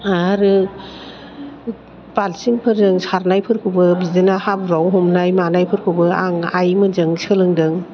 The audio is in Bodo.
आरो बाल्टिंफोरजों सारनायफोरखौबो बिदिनो हाब्रुआव हमनाय मानायफोरखौबो आं आइमोनजों सोलोंदों